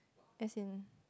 as in